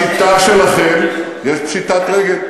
בשיטה שלכם, יש פשיטת רגל.